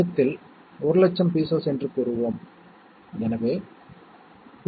அவைகள் லாஜிக் செயல்பாடுகளால் வரையறுக்கப்படுகிறது